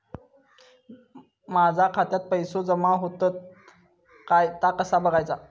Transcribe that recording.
माझ्या खात्यात पैसो जमा होतत काय ता कसा बगायचा?